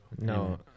No